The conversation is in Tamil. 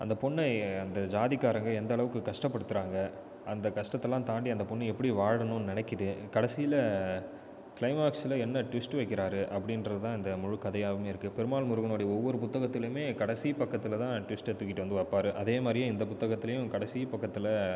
அந்த பொண்ணை அந்த ஜாதிக்காரங்கள் எந்த அளவுக்கு கஷ்டப்படுத்துறாங்க அந்த கஷ்டத்தலாம் தாண்டி அந்த பொண்ணு எப்படி வாழணும் நினைக்குது கடைசியில் கிளைமாக்ஸ்சில் என்ன ட்விஸ்ட்டு வைக்கிறாரு அப்படின்றது தான் இந்த முழு கதையாகவுமே இருக்குது பெருமாள் முருகனுடைய ஒவ்வொரு புத்தகத்துலேயுமே கடைசி பக்கத்தில் தான் ட்விஸ்ட்டை தூக்கிகிட்டு வந்து வைப்பாரு அதே மாதிரியே இந்த புத்தகத்துலேயும் கடைசி பக்கத்தில்